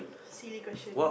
silly question